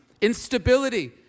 instability